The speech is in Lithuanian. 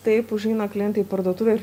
taip užeina klientai į parduotuvę ir